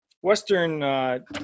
Western